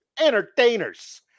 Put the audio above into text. entertainers